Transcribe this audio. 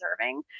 observing